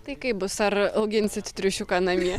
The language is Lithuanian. tai kaip bus ar auginsit triušiuką namie